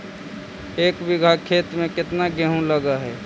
एक बिघा खेत में केतना गेहूं लग है?